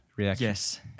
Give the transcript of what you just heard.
Yes